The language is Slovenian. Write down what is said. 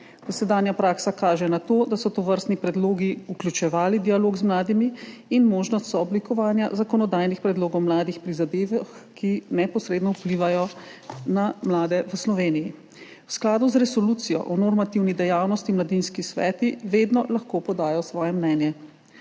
Dosedanja praksa kaže na to, da so tovrstni predlogi vključevali dialog z mladimi in možnost sooblikovanja zakonodajnih predlogov mladih pri zadevah, ki neposredno vplivajo na mlade v Sloveniji. V skladu z Resolucijo o normativni dejavnosti mladinski sveti vedno lahko podajo svoje mnenje.